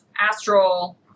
astral